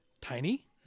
tiny